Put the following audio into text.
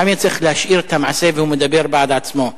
לפעמים צריך להשאיר את המעשה והוא מדבר בעד עצמו.